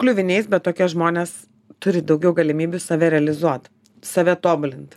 kliuviniais bet tokie žmonės turi daugiau galimybių save realizuot save tobulinti